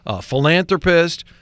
philanthropist